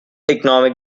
economic